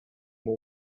will